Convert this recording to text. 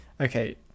Okay